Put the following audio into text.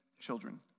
children